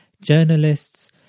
journalists